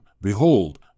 Behold